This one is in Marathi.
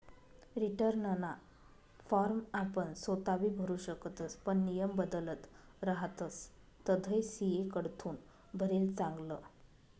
रीटर्नना फॉर्म आपण सोताबी भरु शकतस पण नियम बदलत रहातस तधय सी.ए कडथून भरेल चांगलं